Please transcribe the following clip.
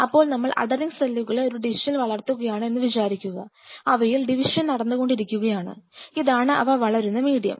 അപ്പോൾ നമ്മൾ അധെറിങ് സെല്ലുകളെ ഒരു ഡിഷിൽ വളർത്തുകയാണ് എന്ന് വിചാരിക്കുക അവയിൽ ഡിവിഷൻ നടന്നുകൊണ്ടിരിക്കുകയാണ് ഇതാണ് അവ വളരുന്ന മീഡിയം